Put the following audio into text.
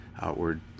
outward